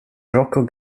rocco